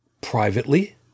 privately